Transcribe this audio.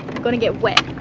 going to get wet.